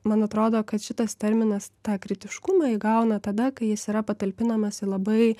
man atrodo kad šitas terminas tą kritiškumą įgauna tada kai jis yra patalpinamas į labai